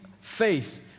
faith